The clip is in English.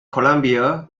colombia